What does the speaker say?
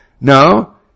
No